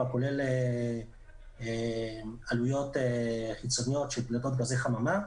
מיליארד כולל עלויות חיצוניות של פליטת גזי חממה.